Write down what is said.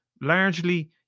largely